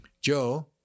Joe